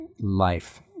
life